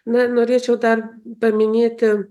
na norėčiau dar paminėti